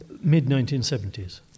Mid-1970s